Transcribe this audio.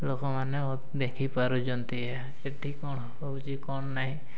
ଲୋକମାନେ ଦେଖିପାରୁଛନ୍ତି ଏହା ଏଠି କ'ଣ ହେଉଛି କ'ଣ ନାହିଁ